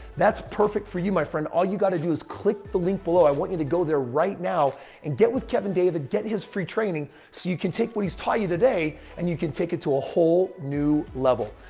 that's perfect for you my friend. all you got to do is click the link below. i want you to go there right now and get with kevin david. get his free training so you can take what he's taught you today and you can take it to a whole new level.